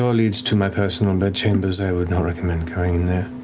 so leads to my personal bed chambers, i would not recommend going there.